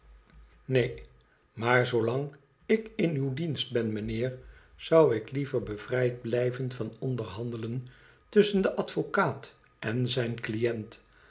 ineen maar zoolang ik in uw dienst ben mijnheer zou ik liever bevrijd blijven van onderhandelen tusschen den advocaat en zijn cliënt